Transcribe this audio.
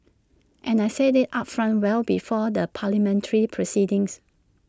and I said IT upfront well before the parliamentary proceedings